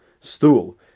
stool